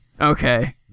Okay